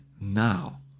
now